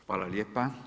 Hvala lijepa.